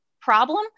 problem